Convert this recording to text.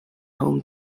home